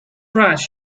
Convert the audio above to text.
rash